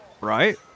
right